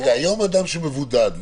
היום אדם שמבודד,